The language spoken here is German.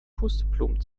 pusteblumen